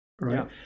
right